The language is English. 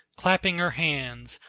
clapping her hands,